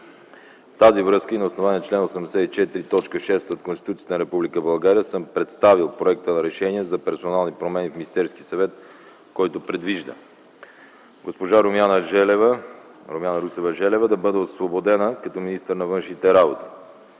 В тази връзка и на основание чл. 84, т. 6 от Конституцията на Република България съм представил проекта на решение за персонални промени в Министерския съвет, който предвижда: 1. Госпожа Румяна Русева Желева да бъде освободена като министър на външните работи.